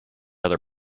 other